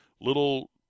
little